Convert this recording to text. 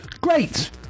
Great